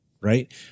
right